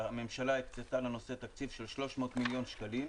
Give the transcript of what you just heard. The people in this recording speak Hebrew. הממשלה הקצתה לנושא תקציב של 300 מיליון שקלים.